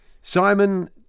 Simon